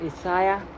Isaiah